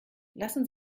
lassen